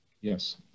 Yes